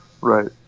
Right